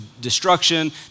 destruction